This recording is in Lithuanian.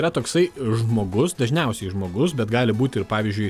yra toksai žmogus dažniausiai žmogus bet gali būti ir pavyzdžiui